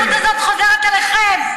האלימות הזאת חוזרת אליכם.